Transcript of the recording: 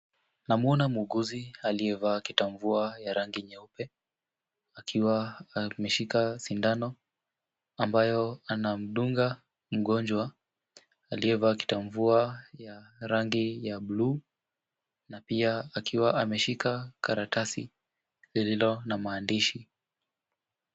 Namwona muuguzi aliyevaa kitambua ya rangi nyeupe, akiwa ameshika sindano ambayo anamdunga mgonjwa, aliyevaa kitambua ya rangi ya bluu na pia akiwa ameshika karatasi lililo na maandishi.